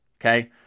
okay